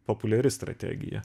populiari strategija